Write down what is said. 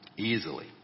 Easily